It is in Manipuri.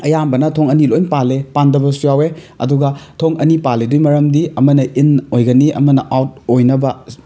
ꯑꯌꯥꯝꯕꯅ ꯊꯣꯡ ꯑꯅꯤ ꯂꯣꯏ ꯄꯥꯜꯂꯤ ꯄꯥꯟꯗꯕꯁꯨ ꯌꯥꯎꯋꯦ ꯑꯗꯨꯒ ꯊꯣꯡ ꯑꯅꯤ ꯄꯥꯜꯂꯤꯗꯨꯏ ꯃꯔꯝꯗꯤ ꯑꯃꯅ ꯏꯟ ꯑꯣꯏꯒꯅꯤ ꯑꯃꯅ ꯑꯥꯎꯠ ꯑꯣꯏꯅꯕ